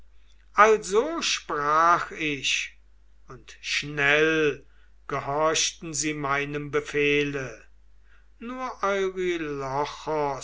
also sprach ich und schnell gehorchten sie meinem befehle nur